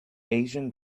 asian